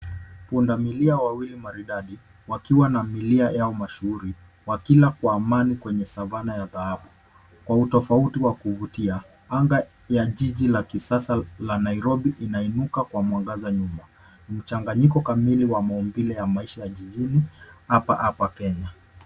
Pundamilia wawili maridadi, wakiwa na milia yao mashuhuri, wakila kwa amani kwenye savannah ya dhahabu, kwa utofauti wa kuvutia, anga ya jiji la kisasa la Nairobi inainuka kwa mwangaza nyuma, mchanganyiko kamili wa maumbile ya maisha jijini, hapa hapa Kenya.